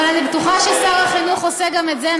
ואני בטוחה ששר החינוך עושה גם את זה,